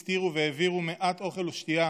הסתירו והעבירו מעט אוכל ושתייה